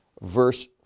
verse